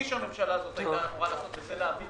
שהממשלה הזאת היתה אמורה לעשות העברת